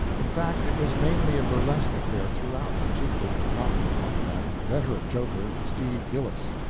in fact, it was mainly a burlesque affair throughout, chiefly concocted by that inveterate joker, steve gillis,